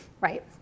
Right